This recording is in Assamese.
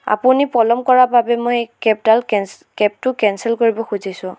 আপুনি পলম কৰাৰ বাবে মই কেবডাল কেবটো কেনচেল কৰিব খুজিছোঁ